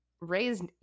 raised